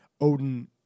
Odin